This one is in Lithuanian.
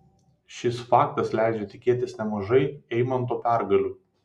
šis faktas leidžia tikėtis nemažai eimanto pergalių